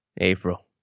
April